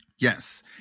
Yes